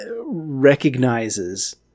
recognizes